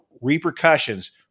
repercussions